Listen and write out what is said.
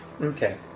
Okay